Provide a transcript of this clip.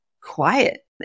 quiet